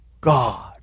God